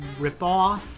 ripoff